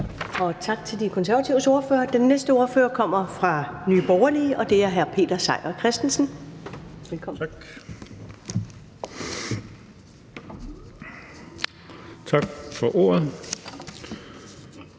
Tak til den konservative ordfører. Den næste ordfører kommer fra Nye Borgerlige, og det er hr. Peter Seier Christensen. Velkommen til. Kl.